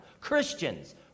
Christians